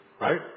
Right